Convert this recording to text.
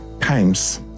times